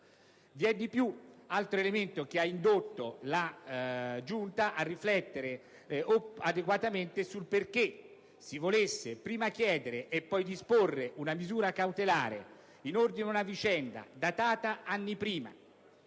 Vi è poi un altro elemento che ha indotto la Giunta a riflettere adeguatamente sul perché si volesse prima chiedere e poi disporre una misura cautelare in ordine ad una vicenda datata anni prima,